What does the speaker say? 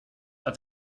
that